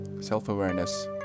self-awareness